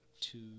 two